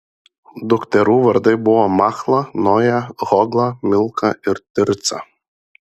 dukterų vardai buvo machla noja hogla milka ir tirca